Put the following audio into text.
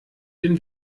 den